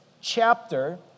chapter